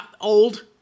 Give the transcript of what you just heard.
old